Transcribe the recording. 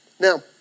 Now